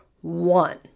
one